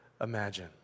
imagine